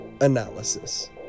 analysis